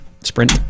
sprint